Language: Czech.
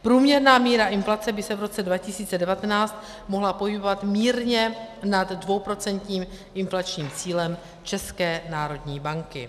Průměrná míra inflace by se v roce 2019 mohla pohybovat mírně nad dvouprocentním inflačním cílem České národní banky.